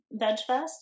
VegFest